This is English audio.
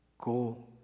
Go